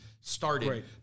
started